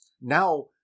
now